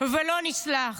ולא נסלח.